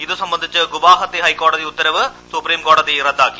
ഇതു സംബിഫ്ഫിച്ച് ഗുവാഹത്തി ഹൈക്കോടതി ഉത്തരവ് സുപ്രീംകോടതി റദ്ദാക്കി